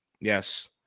Yes